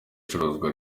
icuruzwa